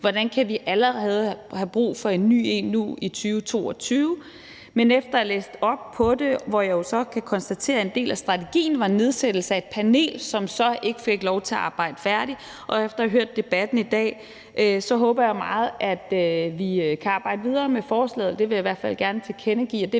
hvordan kan vi allerede have brug for en ny en nu i 2022? Men efter at have læst op på det, hvor jeg jo så kan konstatere, at en del af strategien var en nedsættelse af et panel, som så ikke fik lov til at arbejde færdig, og efter at have hørt debatten i dag, håber jeg meget, at vi kan arbejde videre med forslaget. Det vil jeg i hvert fald gerne tilkendegive at